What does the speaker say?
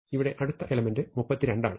ഇവിടെ അടുത്ത എലെമെന്റ് 32 ആണ്